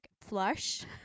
flush